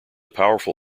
powerful